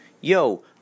Yo